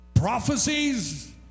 Prophecies